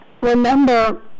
remember